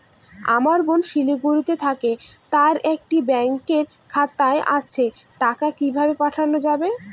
আমার বোন শিলিগুড়িতে থাকে তার এই ব্যঙকের খাতা আছে টাকা কি ভাবে পাঠানো যাবে?